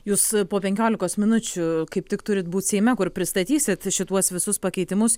jūs po penkiolikos minučių kaip tik turit būt seime kur pristatysit šituos visus pakeitimus